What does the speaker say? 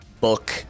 book